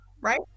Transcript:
right